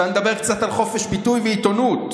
עכשיו נדבר קצת על חופש ביטוי ועיתונות.